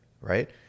right